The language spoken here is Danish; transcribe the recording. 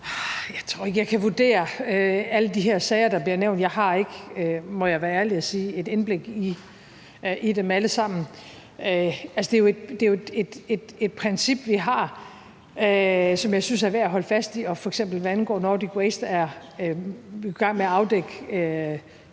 Jeg tror ikke, jeg kan vurdere alle de her sager, der bliver nævnt. Jeg har ikke, må jeg være ærlig at sige, et indblik i dem alle sammen. Princippet er jo et, vi har, og et, som jeg synes det er værd at holde fast i. Hvad angår f.eks. Nordic Waste, er vi jo i gang med at afdække,